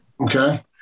Okay